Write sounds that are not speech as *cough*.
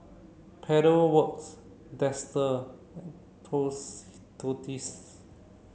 Pedal Works Dester *unintelligible*